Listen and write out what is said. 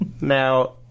Now